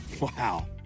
Wow